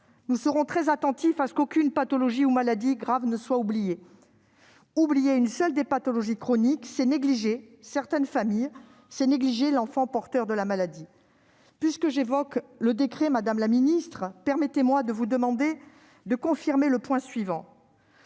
Nous serons très attentifs à ce qu'aucune pathologie ou maladie grave ne soit oubliée. Oublier une seule des pathologies chroniques, c'est négliger certaines familles, c'est négliger l'enfant porteur de la maladie. Puisque j'évoque le décret, madame la secrétaire d'État, pouvez-vous prendre l'engagement